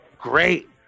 Great